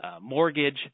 Mortgage